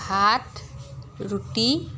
ভাত ৰুটি